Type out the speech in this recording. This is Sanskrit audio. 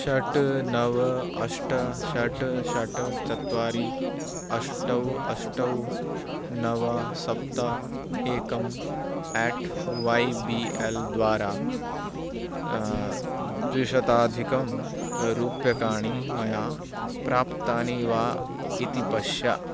षट् नव अष्ट षट् षट् चत्वारि अष्टौ अष्टौ नव सप्त एकम् अट् वाई बी एल् द्वारा द्विशताधिकं रूप्यकाणि मया प्राप्तानि वा इति पश्य